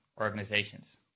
organizations